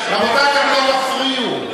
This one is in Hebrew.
רבותי, אתם לא תפריעו,